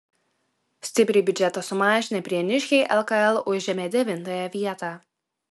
stipriai biudžetą sumažinę prieniškiai lkl užėmė devintąją vietą